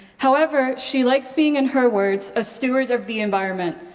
however, she likes being and her words a steward of the environment.